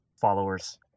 followers